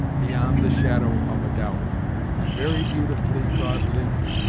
beyond the shadow of a doubt and very beautifully god limns,